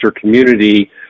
community